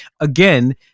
again